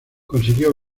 consiguió